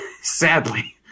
Sadly